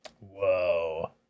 whoa